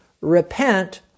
repent